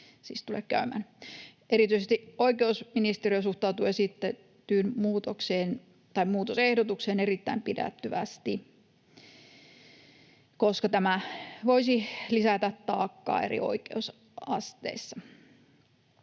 Erityisesti oikeusministeriö suhtautuu esitettyyn muutosehdotukseen erittäin pidättyvästi, koska tämä voisi lisätä taakkaa eri oikeusasteissa